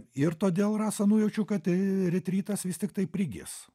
ir todėl rasa nujaučiu kad retrytas vis tiktai prigis